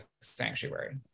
sanctuary